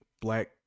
black